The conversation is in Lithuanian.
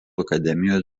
akademijos